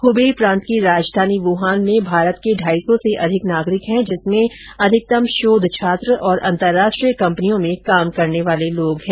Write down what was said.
Hubei प्रांत की राजधानी वुहान में भारत के ढाई सौ से अधिक नागरिक है जिसमें अधिकतम शोध छात्र और अंतर्राष्ट्रीय कम्पनियों में काम करने वाले लोग है